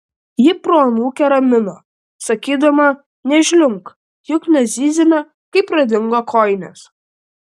ji proanūkę ramino sakydama nežliumbk juk nezyzėme kai pradingo kojinės